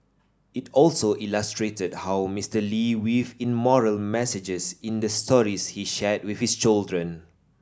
it also illustrated how Mister Lee weaved in moral messages in the stories he shared with his children